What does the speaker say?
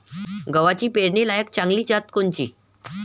गव्हाची पेरनीलायक चांगली जात कोनची?